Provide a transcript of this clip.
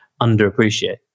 underappreciate